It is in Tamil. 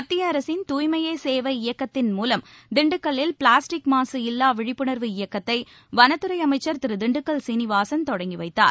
மத்திய அரசின் தூய்மையே சேவை இயக்கத்தின் மூலம் திண்டுக்கல்லில் பிளாஸ்டிக் மாசு இல்லா விழிப்புணர்வு இயக்கத்தை வனத்துறை அமைச்சர் திரு திண்டுக்கல் சீனிவாசன் தொடங்கி வைத்தார்